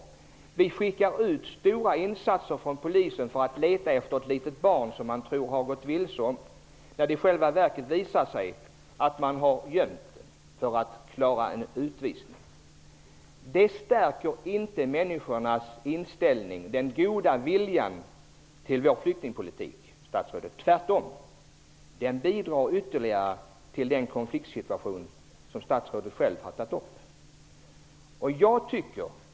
Det skickas ut stora insatser från Polisen för att leta efter ett litet barn som man tror har gått vilse när det i själva verket visar sig att någon har gömt barnet för att klara sig undan en utvisning. Det stärker inte människornas inställning -- den goda viljan -- till vår flyktingpolitik, statsrådet. Tvärtom bidrar det ytterligare till den konfliktsituation som statsrådet själv har berört.